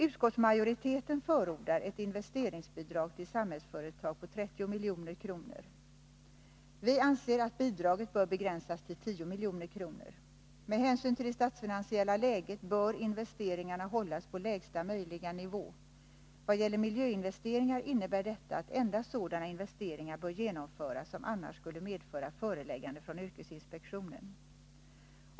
Utskottsmajoriteten förordar ett investeringsbidrag till Samhällsföretag på 30 milj.kr. Vi anser att bidraget bör begränsas till 10 milj.kr. Med hänsyn till det statsfinansiella läget bör investeringarna hållas på lägsta möjliga nivå. Vad gäller miljöinvesteringar innebär detta att endast sådana investeringar bör genomföras som annars skulle medföra förelägganden från yrkesinspektionen.